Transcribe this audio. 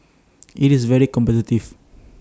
IT is very competitive